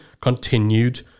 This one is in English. continued